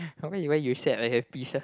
how come you when you sad I happy sia